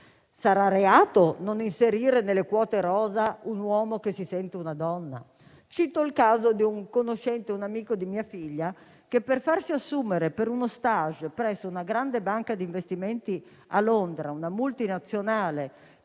Sarà reato non inserire nelle quote rosa un uomo che si sente una donna? Cito il caso di un conoscente, un amico di mia figlia, che, per farsi assumere per uno *stage* presso una grande banca di investimenti a Londra, una multinazionale